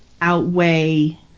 outweigh